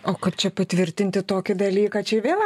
o kaip čia patvirtinti tokį dalyką čia vėl